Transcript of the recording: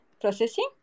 processing